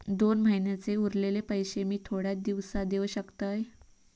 दोन महिन्यांचे उरलेले पैशे मी थोड्या दिवसा देव शकतय?